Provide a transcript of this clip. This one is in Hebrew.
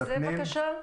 מי זה, בבקשה?